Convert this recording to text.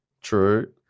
true